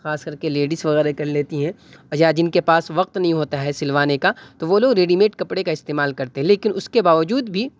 خاص کر کے لیڈیس وغیرہ کر لیتی ہیں اور یا جن کے پاس وقت نہیں ہوتا ہے سلوانے کا تو وہ لوگ ریڈی میڈ کپڑے کا استعمال کرتے ہیں لیکن اس کے باوجود بھی